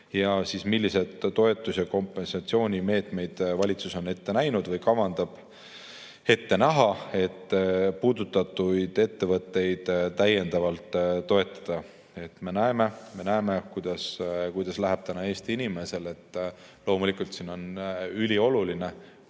Millised toetus- ja kompensatsioonimeetmed on valitsus ette näinud või kavatseb ette näha, et puudutatud ettevõtteid täiendavalt toetada? Me näeme, kuidas läheb praegu Eesti inimesel. Loomulikult on ülioluline, kuidas